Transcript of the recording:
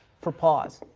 for pause,